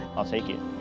i'll take it.